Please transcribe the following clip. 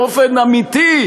באופן אמיתי,